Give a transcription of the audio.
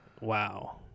wow